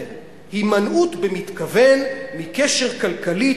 "'חרם' הימנעות במתכוון מקשר כלכלי,